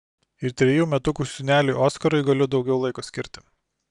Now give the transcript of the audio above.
ir trejų metukų sūneliui oskarui galiu daugiau laiko skirti